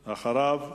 אחריו,